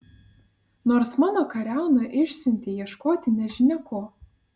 nors mano kariauną išsiuntei ieškoti nežinia ko